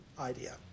idea